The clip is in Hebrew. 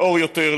לאור יותר,